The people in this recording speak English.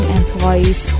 employees